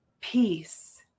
peace